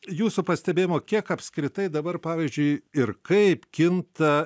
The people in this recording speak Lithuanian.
jūsų pastebėjimo kiek apskritai dabar pavyzdžiui ir kaip kinta